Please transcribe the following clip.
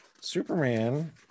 Superman